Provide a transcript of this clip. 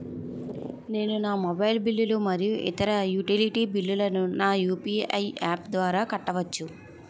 నేను నా మొబైల్ బిల్లులు మరియు ఇతర యుటిలిటీ బిల్లులను నా యు.పి.ఐ యాప్ ద్వారా కట్టవచ్చు